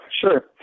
Sure